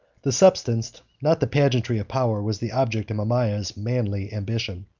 the substance, not the pageantry, of power was the object of mamaea's manly ambition.